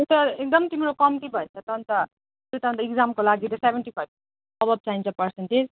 त्यो त एकदम तिम्रो कम्ती भएछ त अन्त त्यो त अन्त इग्जामको लागि त सेभेन्टी फाइभ एभप चाहिन्छ पर्सन्टेज